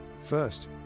First